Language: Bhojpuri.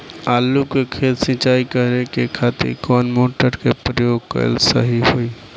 आलू के खेत सिंचाई करे के खातिर कौन मोटर के प्रयोग कएल सही होई?